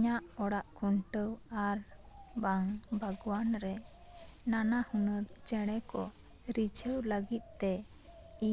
ᱤᱧᱟ ᱜ ᱚᱲᱟᱜ ᱠᱩᱱᱴᱟᱣ ᱟᱨ ᱵᱟᱝ ᱵᱷᱟᱜᱚᱭᱟᱱ ᱨᱮ ᱱᱟᱱᱟ ᱦᱩᱱᱟᱹᱨ ᱪᱮᱬᱮ ᱠᱚ ᱨᱤᱡᱷᱟᱹᱣ ᱞᱟᱹᱜᱤᱫ ᱛᱮ